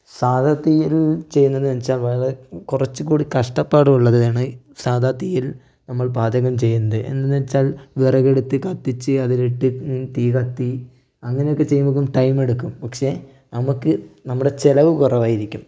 സാധാ തീയിൽ ചെയ്യുന്നത് എന്ന് വെച്ചാൽ നമ്മൾ കുറച്ചുംകൂടി കഷ്ടപ്പാട് ഉള്ളത് ആണ് സാധാ തീയിൽ നമ്മൾ പാചകം ചെയ്യുന്നത് എന്തെന്ന് വെച്ചാൽ വിറകെടുത്ത് കത്തിച്ച് അതിലിട്ട് തീ കത്തി അങ്ങനെയൊക്കെ ചെയ്യുന്നത് ടൈം എടുക്കും പക്ഷെ നമ്മൾക്ക് നമ്മുടെ ചിലവ് കുറവായിരിക്കും